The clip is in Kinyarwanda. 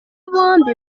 bombi